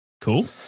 Cool